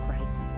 Christ